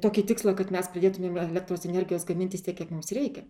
tokį tikslą kad mes pradėtumėm elektros energijos gamintis tiek kiek mums reikia